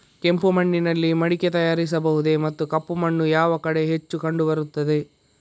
ಕೆಂಪು ಮಣ್ಣಿನಲ್ಲಿ ಮಡಿಕೆ ತಯಾರಿಸಬಹುದೇ ಮತ್ತು ಕಪ್ಪು ಮಣ್ಣು ಯಾವ ಕಡೆ ಹೆಚ್ಚು ಕಂಡುಬರುತ್ತದೆ?